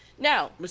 Now